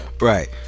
Right